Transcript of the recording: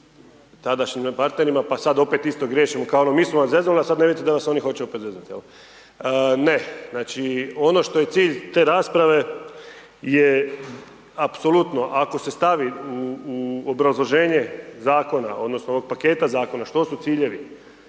partnerima, pa sad opet isto griješimo, kao ono mi smo vas zeznuli, a sad ne vidite da vas oni hoće opet zezat, jel'. Ne, znači ono što je cilj te rasprave je apsolutno, ako se stavi u obrazloženje zakona, odnosno ovog paketa zakona, što su ciljevi